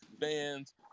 fans